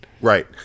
Right